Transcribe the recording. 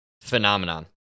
phenomenon